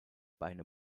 beine